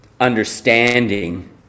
understanding